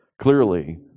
Clearly